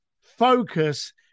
focus